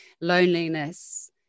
loneliness